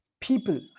people